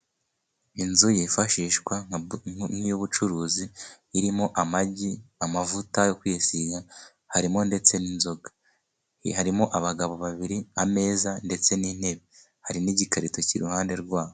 Inzu yifashishwa nk'iy'ubucuruzi, irimo amagi, amavuta yo kwisiga, harimo ndetse n'inzoga . Harimo abagabo babiri, ameza ndetse n'intebe. Hari n'igikarito kiri iruhande rwabo.